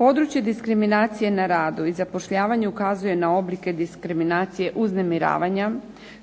Područje diskriminacije na radu i zapošljavanju ukazuje na oblike diskriminacije uznemiravanja